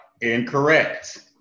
incorrect